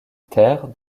terres